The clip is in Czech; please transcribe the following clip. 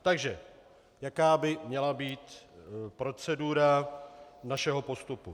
Takže jaká by měla být procedura našeho postupu?